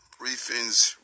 briefings